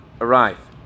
arrive